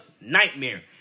nightmare